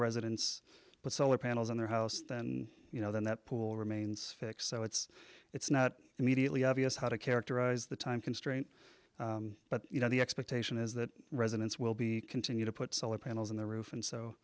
residents put solar panels on their house then you know then that pool remains fixed so it's it's not immediately obvious how to characterize the time constraint but you know the expectation is that residents will be continue to put solar panels on the roof and so